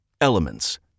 Elements